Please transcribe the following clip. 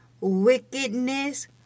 wickedness